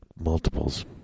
multiples